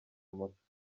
amashusho